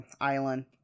island